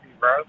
bro